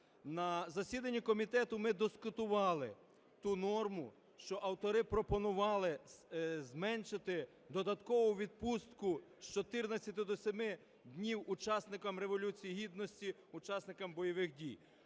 На засіданні комітету ми дискутували ту норму, що автори пропонували зменшити додаткову відпустку з 14 до 7 днів учасникам Революції Гідності, учасникам бойових дій.